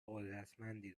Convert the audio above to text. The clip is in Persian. قدرتمندی